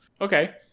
Okay